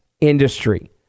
industry